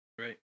Right